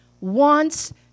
wants